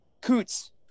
Coots